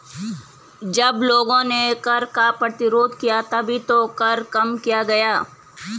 जब लोगों ने कर का प्रतिरोध किया तभी तो कर कम किया गया